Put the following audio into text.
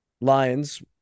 lions